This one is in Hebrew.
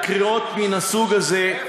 הקריאות מן הסוג הזה,